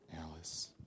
Alice